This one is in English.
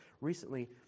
recently